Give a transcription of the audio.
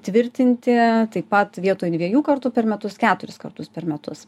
tvirtinti taip pat vietoj dviejų kartų per metus keturis kartus per metus